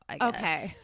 okay